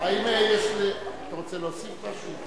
האם אתה רוצה להוסיף משהו?